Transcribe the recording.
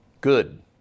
good